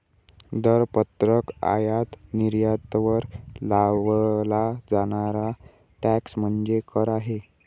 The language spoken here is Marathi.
दरपत्रक आयात निर्यातीवर लावला जाणारा टॅक्स म्हणजे कर आहे